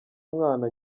umwana